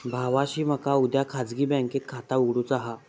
भावाशी मका उद्या खाजगी बँकेत खाता उघडुचा हा